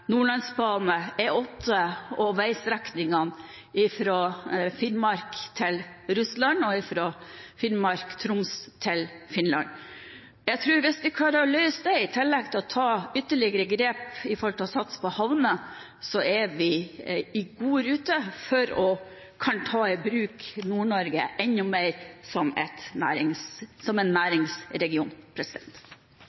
Ofotbanen, Nordlandsbanen, E8 og veistrekningene fra Finnmark til Russland og fra Finnmark/Troms til Finland. Jeg tror at hvis vi klarer å løse dette, i tillegg til å ta ytterligere grep for å satse på havner, er vi godt i rute med enda mer å kunne ta i bruk Nord-Norge som en næringsregion.